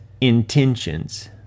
intentions